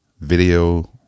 video